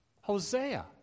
Hosea